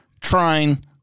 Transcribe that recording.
trying